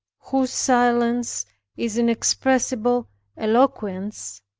whose silence is inexpressible eloquence,